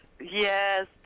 Yes